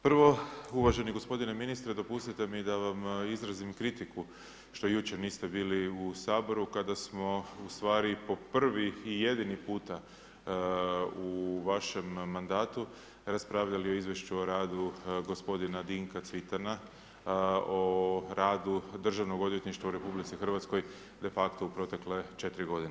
Prvo, uvaženi gospodine ministre, dopustite mi da vam izrazim kritiku što jučer niste bili u Saboru kada smo ustvari po prvi i jedini puta u vašem mandatu raspravljali o izvješću o radu gospodina Dinka Cvitana o radu Državnog odvjetništva u RH de facto u protekle 4 godine.